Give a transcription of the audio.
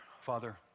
Father